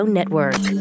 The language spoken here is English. Network